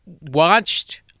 watched